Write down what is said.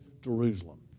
Jerusalem